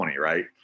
Right